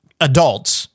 adults